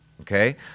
Okay